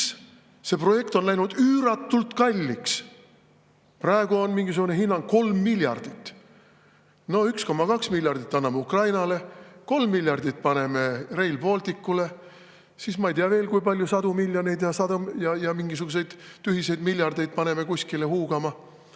see projekt on läinud üüratult kalliks? Praegu on mingisugune hinnang 3 miljardit. 1,2 miljardit anname Ukrainale, 3 miljardit paneme Rail Balticule. Siis veel ma ei tea kui palju, sadu miljoneid ja mingisuguseid tühiseid miljardeid paneme kuskile huugama. Sõbrad,